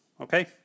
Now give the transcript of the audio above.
Okay